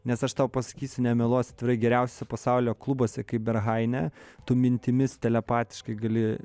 nes aš tau pasakysiu nemeluosiu atvirai geriausio pasaulio klubuose kaip berhaine tu mintimis telepatiškai gali